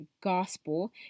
gospel